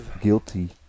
guilty